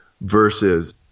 versus